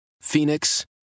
Phoenix